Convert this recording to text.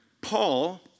Paul